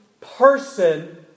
person